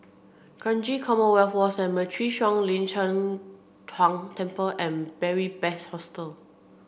Kranji Commonwealth War Cemetery Shuang Lin Cheng Huang Temple and Beary Best Hostel